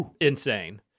insane